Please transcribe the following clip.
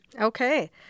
Okay